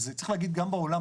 וזה צריך להגיד גם בעולם,